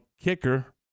Kicker